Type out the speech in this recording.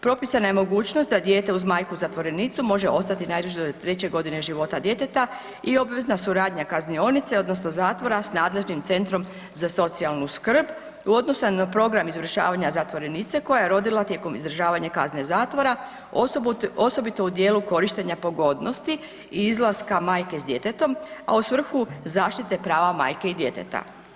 Propisana je mogućnost da dijete uz majku zatvorenicu može ostati najduže do treće godine života djeteta i obvezna suradnja kaznionice odnosno zatvora sa nadležnim Centrom za socijalnu skrb u odnosu na program izvršavanja zatvorenice koja je rodila tijekom izdržavanja kazne zatvora osobito u dijelu korištenja pogodnosti i izlaska majke s djetetom, a u svrhu zaštite prava majke i djeteta.